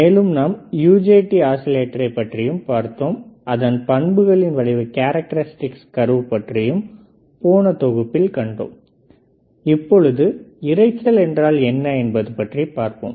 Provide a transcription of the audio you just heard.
மேலும் நாம் UJT ஆசிலேட்டரை பற்றியும் பார்த்தோம் மற்றும் அதன் பண்புகளின் வளைவு பற்றியும் போன தொகுப்பில் கண்டோம் இப்போது இரைச்சல் என்றால் என்ன என்பதைப் பற்றி பார்ப்போம்